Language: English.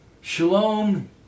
shalom